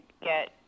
get